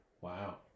Wow